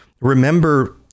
remember